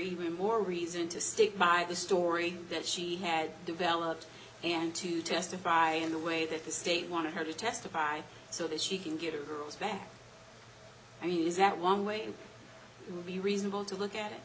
even more reason to stick by the story that she had developed and to testify in the way that the state wanted her to testify so that she can get her back i mean is that one way to be reasonable to look at it